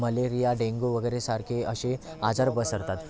malaria dengue वगैरेसारखे असे आजार पसरतात